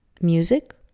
music